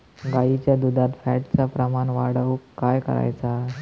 गाईच्या दुधात फॅटचा प्रमाण वाढवुक काय करायचा?